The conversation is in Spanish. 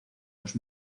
los